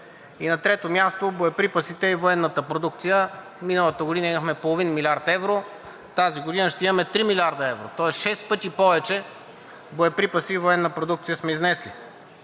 На трето място, боеприпасите и военната продукция. Миналата година имахме половин милиард евро, а тази година ще имаме 3 млрд. евро, тоест 6 пъти повече боеприпаси и военна продукция сме изнесли.